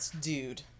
Dude